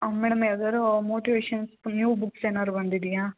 ಹಾಂ ಮೇಡಮ್ ಯಾವ್ದಾದ್ರೂ motivations new books ಏನಾದ್ರು ಬಂದಿದೆಯಾ